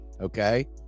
okay